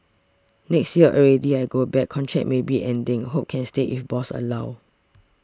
next year already I go back contract maybe ending hope can stay if boss allow